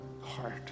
heart